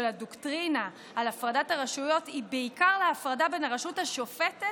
של הדוקטרינה על הפרדת הרשויות היא בעיקר להפרדה בין הרשות השופטת